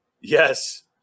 Yes